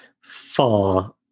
far